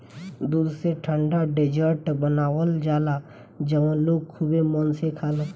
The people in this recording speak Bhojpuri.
दूध से ठंडा डेजर्ट बनावल जाला जवन लोग खुबे मन से खाला